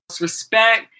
respect